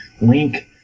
Link